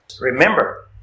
Remember